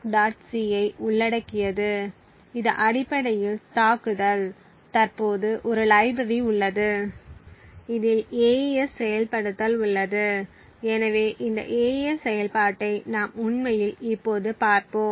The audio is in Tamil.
c ஐ உள்ளடக்கியது இது அடிப்படையில் தாக்குதல் தற்போது ஒரு லைப்ரரி உள்ளது இதில் AES செயல்படுத்தல் உள்ளது எனவே இந்த AES செயல்பாட்டை நாம் உண்மையில் இப்போது பார்ப்போம்